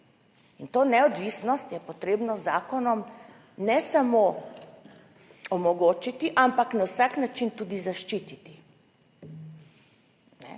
in to neodvisnost je potrebno z zakonom ne samo omogočiti, ampak na vsak način tudi zaščititi.